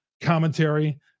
commentary